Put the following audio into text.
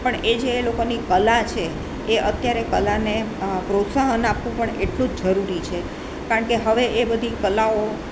પણ એ જે લોકોની કલા છે એ અત્યારે કલાને પ્રોત્સાહન આપવું પણ એટલું જ જરૂરી છે કારણ કે હવે એ બધી કલાઓ